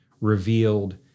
revealed